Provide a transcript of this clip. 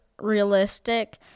realistic